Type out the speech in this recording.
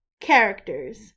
characters